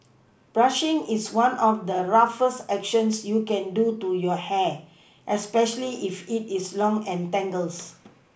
brushing is one of the roughest actions you can do to your hair especially if it is long and tangles